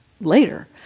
later